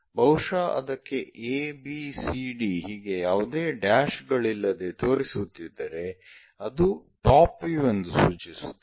ಬಹುಶಃ ಅದಕ್ಕೆ a b c d ಹೀಗೆ ಯಾವುದೇ ಡ್ಯಾಶ್ ಗಳಿಲ್ಲದೆ ತೋರಿಸುತ್ತಿದ್ದರೆ ಅದು ಟಾಪ್ ವ್ಯೂ ಎಂದು ಸೂಚಿಸುತ್ತದೆ